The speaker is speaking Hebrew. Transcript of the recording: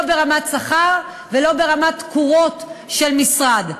לא ברמת שכר ולא ברמת תקורות של משרד.